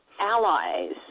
allies